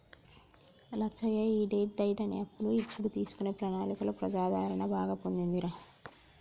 లచ్చయ్య ఈ debt diet అనే అప్పులు ఇచ్చుడు తీసుకునే ప్రణాళికలో ప్రజాదరణ బాగా పొందిందిరా